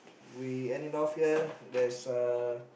we end it off here there's a